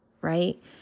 right